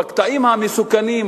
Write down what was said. בקטעים המסוכנים,